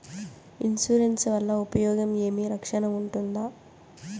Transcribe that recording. Insurance వల్ల ఉపయోగం ఏమి? రక్షణ ఉంటుందా?